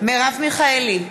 מרב מיכאלי,